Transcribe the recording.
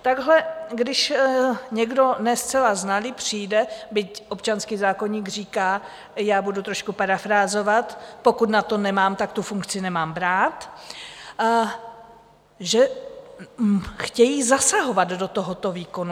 Takhle když někdo ne zcela znalý přijde byť občanský zákoník říká, já budu trošku parafrázovat, pokud na to nemám, tak tu funkci nemám brát že chtějí zasahovat do tohoto výkonu.